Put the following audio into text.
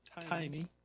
tiny